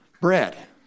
bread